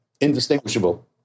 indistinguishable